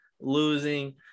losing